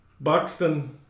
Buxton